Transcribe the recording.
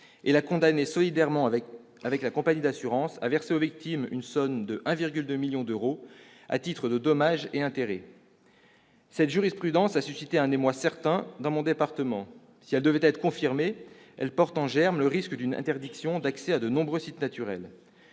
et l'a condamnée solidairement avec la compagnie d'assurance à verser aux victimes une somme de 1,2 million d'euros à titre de dommages et intérêts. Cette jurisprudence a suscité un émoi certain dans mon département. Si elle devait être confirmée, elle porterait en germe le risque d'une interdiction d'accès à de nombreux sites naturels.